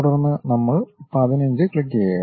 തുടർന്ന് നമ്മൾ 15 ക്ലിക്കുചെയ്യുക